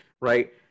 right